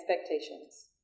expectations